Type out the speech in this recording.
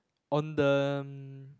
on the